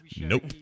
Nope